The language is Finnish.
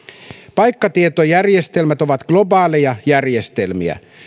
paikkatietojärjestelmät ovat globaaleja järjestelmiä